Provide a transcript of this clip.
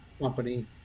company